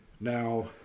Now